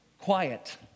quiet